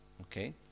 Okay